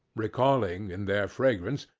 recalling, in their fragrance,